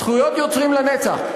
זכויות יוצרים לנצח.